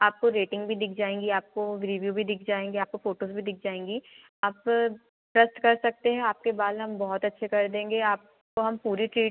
आपको रेटिंग भी दिख जाएंगी आपको रिव्यू भी दिख जाएंगे आपको फ़ोटोज़ भी दिख जाएंगी आप ट्रस्ट कर सकते हैं आपके बाल हम बहुत अच्छे कर देंगे आपको हम पूरी ट्रीट